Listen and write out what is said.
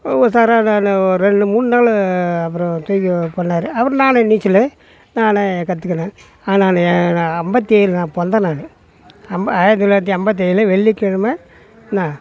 ஒரு ஒரு ரெண்டு மூணு நாள் அப்புறம் தூக்கி போட்டார் அப்புறம் நானும் நீச்சல் நானும் கற்றுக்கினேன் ஆனாலும் ஏ நான் ஐம்பத்தேலு நான் பிறந்தேன் நானும் அம் ஆயிரத்து தொள்ளாயிரத்தி ஐம்பத்தேலு வெள்ளிக்கிழமை என்ன